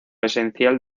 esencial